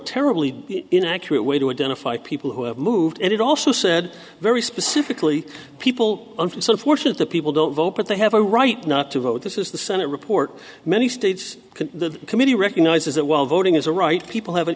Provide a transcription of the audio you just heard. terribly inaccurate way to identify people who have moved and it also said very specifically people and so fortunate the people don't vote but they have a right not to vote this is the senate report many states can the committee recognizes that while voting is a right people have an